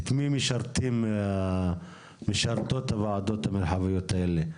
את מי משרתות הוועדות המרחביות האלה.